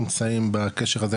נמצאים בקשר הזה,